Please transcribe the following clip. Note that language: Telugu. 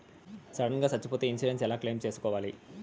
సడన్ గా సచ్చిపోతే ఇన్సూరెన్సు ఎలా క్లెయిమ్ సేసుకోవాలి?